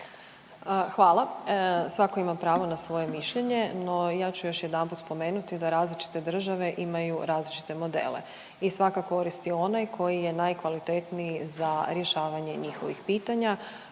Hvala. Svako ima pravo na svoje mišljenje, no ja ću još jedanput spomenuti da različite države imaju različite modele i svaka koristi onaj koji je najkvalitetniji za rješavanje njihovih pitanja.